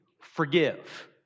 forgive